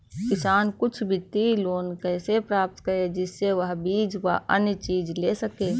किसान कुछ वित्तीय लोन कैसे प्राप्त करें जिससे वह बीज व अन्य चीज ले सके?